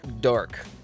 dark